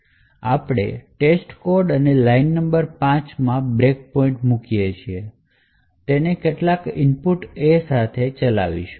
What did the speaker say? આપણે ટેસ્ટકોડ અને line number 5 માં બ્રેકપોઇન્ટ મૂકીએ છીએ અને તેને કેટલાક ઇનપુટ A ના સાથે ચલાવિશુ